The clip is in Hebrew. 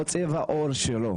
או צבע העור שלו,